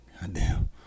Goddamn